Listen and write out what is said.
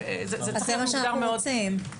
זה מה שאנחנו רוצים.